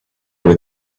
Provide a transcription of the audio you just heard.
were